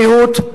ריהוט,